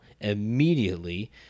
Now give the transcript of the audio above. immediately